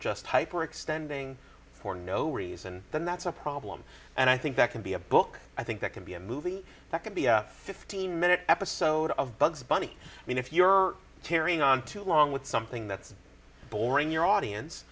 just hyper extending for no reason then that's a problem and i think that can be a book i think that can be a movie that could be a fifteen minute episode of bugs bunny i mean if you're carrying on too long with something that's boring your audience